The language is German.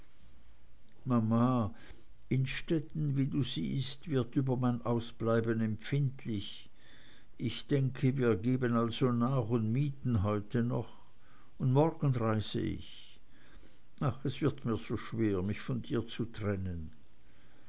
mama innstetten wie du siehst wird über mein ausbleiben empfindlich ich denke wir geben also nach und mieten heute noch und morgen reise ich ach es wird mir so schwer mich von dir zu trennen